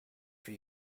for